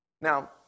Now